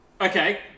Okay